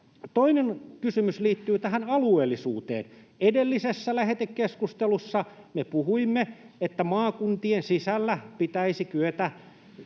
Toinen kysymys liittyy tähän alueellisuuteen. Edellisessä lähetekeskustelussa me puhuimme, että maakuntien sisällä pitäisi kyetä